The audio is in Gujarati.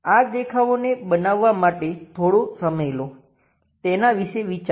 આ દેખાવોને બનાવવાં માટે થોડો સમય લો તેના વિશે વિચારો